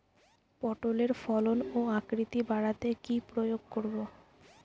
পটলের ফলন ও আকৃতি বাড়াতে কি প্রয়োগ করব?